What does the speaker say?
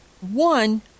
One